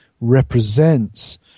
represents